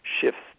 shifts